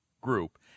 group